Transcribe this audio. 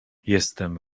jestem